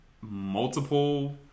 multiple